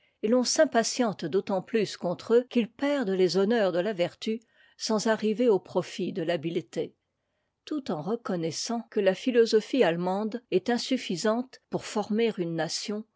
et t'en s'impatiente d'autant plus contre eux qu'ils perdent les honneurs de la vertu sans arriver aux profits de l'habileté tout en reconnaissant que la philosophie attemande est insuffisante pour former une nation